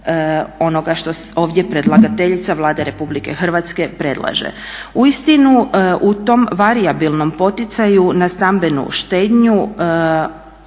onoga što ovdje predlagateljica Vlade Republike Hrvatske predlaže. Uistinu u tom varijabilnom poticaju na stambenu štednju